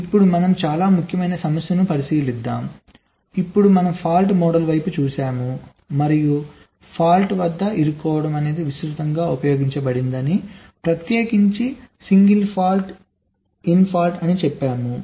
ఇప్పుడు మనం చాలా ముఖ్యమైన సమస్యను పరిశీలిద్దాం ఇప్పుడు మనం ఫాల్ట్ మోడల్ వైపు చూశాము మరియు ఫాల్ట్ వద్ద ఇరుక్కోవడం అనేది విస్తృతంగా ఉపయోగించబడుతుందని ప్రత్యేకించి సింగిల్ ఫాల్ట్ ఇన్ ఫాల్ట్ అని చెప్పాము